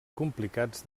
complicats